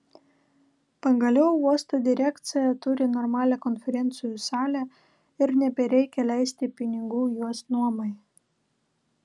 pagaliau uosto direkcija turi normalią konferencijų salę ir nebereikia leisti pinigų jos nuomai